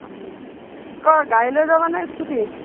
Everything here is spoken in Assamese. অঁ ক গাড়ী লৈ যাবানে স্কুটি